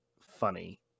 funny